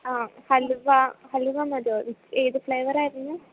ആ ഹലുവ ഹലുവ മതിയോ ഏത് ഫ്ലേവർ ആയിരുന്നു